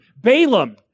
Balaam